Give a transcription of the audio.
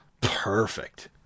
Perfect